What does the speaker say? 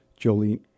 Jolene